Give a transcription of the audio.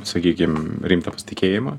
sakykime rimtą pasitikėjimą